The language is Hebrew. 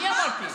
אני אמרתי,